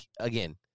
again